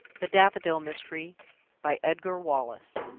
the daffodil mystery by edgar wallace